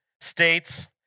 states